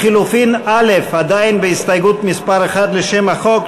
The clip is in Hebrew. לחלופין (א), עדיין בהסתייגות מס' 1 לשם החוק.